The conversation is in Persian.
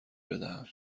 بدهم